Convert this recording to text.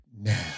now